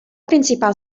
principal